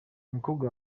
umukobwa